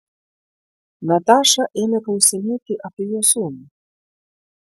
nataša ėmė klausinėti apie jo sūnų